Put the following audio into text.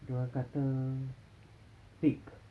dia orang kata thick